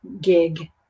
gig